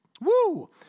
Woo